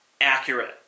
accurate